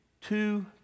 two